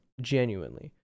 genuinely